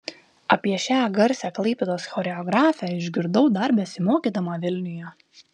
apie šią garsią klaipėdos choreografę išgirdau dar besimokydama vilniuje